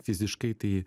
fiziškai tai